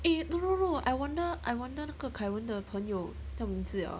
eh no no no I wonder I wonder 那个 kai wen 的朋友叫什么名字了